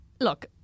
look